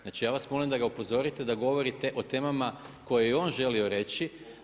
Znači, ja vas molim da ga upozorite, da govorite o temama koje je on želio reći.